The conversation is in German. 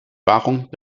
wahrung